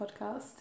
podcast